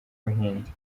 buhinde